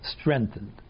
strengthened